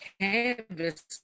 canvas